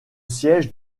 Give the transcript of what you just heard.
siège